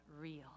real